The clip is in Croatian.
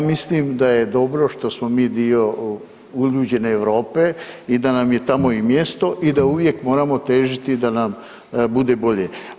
Ja mislim da je dobro što smo mi dio uljuđene Europe i da nam je tamo i mjesto, i da uvijek moramo težiti da nam bude bolje.